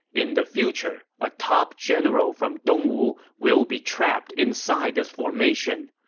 in the future, a top general from dongwu will be trapped inside this formation.